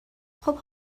خوب